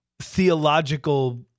theological